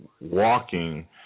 walking